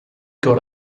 got